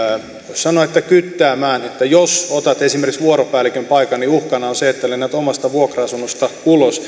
voisi sanoa kyttäämään että jos otat esimerkiksi vuoropäällikön paikan niin uhkana on se että lennät omasta vuokra asunnosta ulos